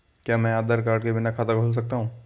क्या मैं आधार कार्ड के बिना खाता खुला सकता हूं?